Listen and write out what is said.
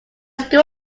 school